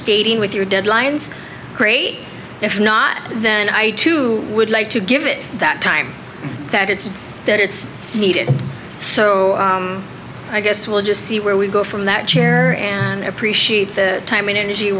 stating with your deadlines great if not then i would like to give it that time that it's that it's needed so i guess we'll just see where we go from that chair and appreciate the time and energy